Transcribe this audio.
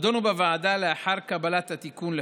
נדונו בוועדה לאחר קבלת התיקון לחוק.